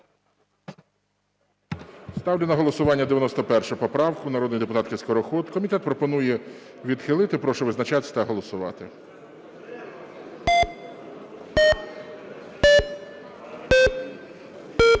Ставлю на голосування 91 поправку народної депутатки Скороход. Комітет пропонує відхилити. Прошу визначатись та голосувати. 11:58:23